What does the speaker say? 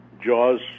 jaws